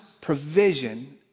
provision